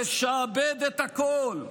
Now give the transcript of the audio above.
לשעבד את הכול,